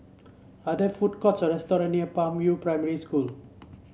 are there food courts or restaurant near Palm View Primary School